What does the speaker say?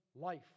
life